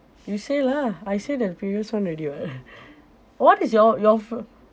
you say lah I say the previous [one] already [what] what is your your fa~